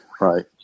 Right